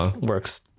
works